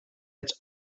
its